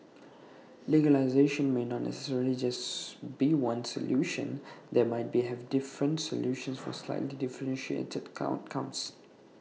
legalization may not necessarily just be one solution there might be have different solutions for slightly differentiated count comes